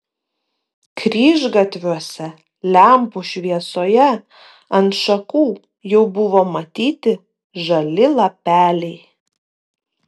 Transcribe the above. kryžgatviuose lempų šviesoje ant šakų jau buvo matyti žali lapeliai